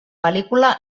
pel·lícula